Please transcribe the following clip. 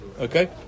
Okay